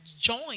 join